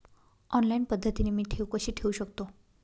Online पद्धतीने मी ठेव कशी ठेवू शकतो?